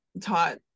taught